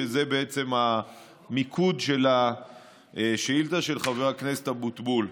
שזה בעצם מיקוד השאילתה של חבר הכנסת אבוטבול: